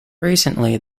recently